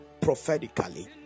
prophetically